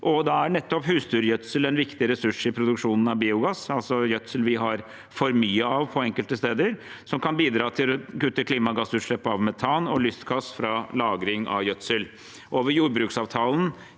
Nettopp husdyrgjødsel er en viktig ressurs i produksjonen av biogass, altså gjødsel vi har for mye av på enkelte steder, og det kan bidra til å kutte klimagassutslipp av metan og lystgass fra lagring av gjødsel. Over jordbruksavtalen